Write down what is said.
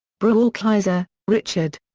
brookhiser, richard.